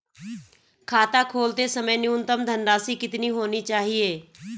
खाता खोलते समय न्यूनतम धनराशि कितनी होनी चाहिए?